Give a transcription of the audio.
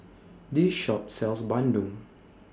This Shop sells Bandung